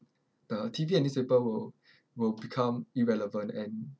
uh T_V and newspaper will will become irrelevant and